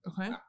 okay